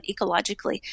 ecologically